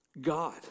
God